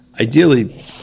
ideally